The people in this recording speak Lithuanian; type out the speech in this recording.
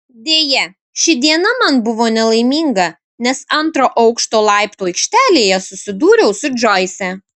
deja ši diena man buvo nelaiminga nes antro aukšto laiptų aikštelėje susidūriau su džoise